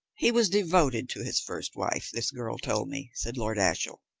he was devoted to his first wife, this girl told me, said lord ashiel.